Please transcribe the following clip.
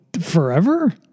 forever